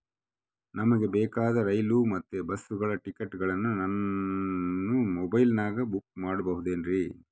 ನಮಗೆ ಬೇಕಾದ ರೈಲು ಮತ್ತ ಬಸ್ಸುಗಳ ಟಿಕೆಟುಗಳನ್ನ ನಾನು ಮೊಬೈಲಿನಾಗ ಬುಕ್ ಮಾಡಬಹುದೇನ್ರಿ?